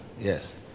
Yes